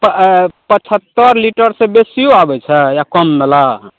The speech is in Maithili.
तऽ पछत्तर लीटर से बेसियो आबै छै या कम बला